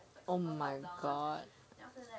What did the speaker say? oh my god